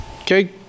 Okay